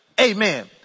Amen